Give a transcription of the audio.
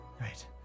Right